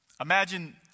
Imagine